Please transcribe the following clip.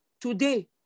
today